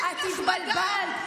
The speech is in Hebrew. את התבלבלת.